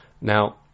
Now